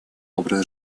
образ